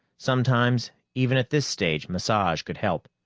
sometimes, even at this stage, massage could help.